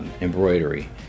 embroidery